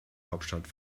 hauptstadt